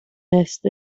most